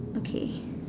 okay